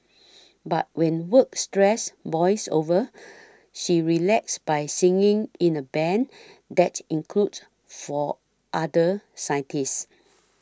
but when work stress boils over she relaxes by singing in a band that includes four other scientists